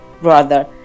brother